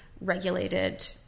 regulated